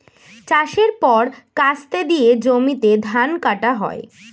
চাষের পর কাস্তে দিয়ে জমিতে ধান কাটা হয়